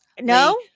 no